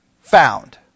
found